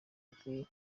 bikwiye